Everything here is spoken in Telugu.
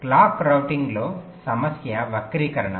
క్లాక్డ్ రౌటింగ్లో సమస్య వక్రీకరణ